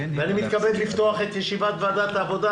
אני מתכבד לפתוח את ישיבת ועדת העבודה,